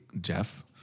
Jeff